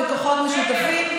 בכוחות משותפים,